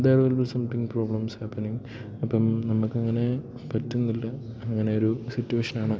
there will be something problems happening അപ്പം നമുക്ക് പറ്റുന്നില്ല അങ്ങനെ ഒരു സിറ്റ്വേഷനാണ്